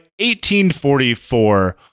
1844